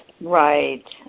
Right